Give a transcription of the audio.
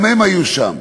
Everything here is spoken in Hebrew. גם הם היו שם.